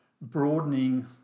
broadening